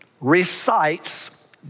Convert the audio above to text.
recites